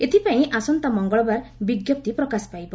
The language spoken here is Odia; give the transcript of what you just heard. ଏଥିପାଇଁ ଆସନ୍ତା ମଙ୍ଗଳବାର ବିଜ୍ଞପ୍ତି ପ୍ରକାଶ ପାଇବ